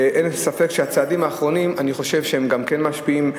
ואין ספק שהצעדים האחרונים גם כן משפיעים,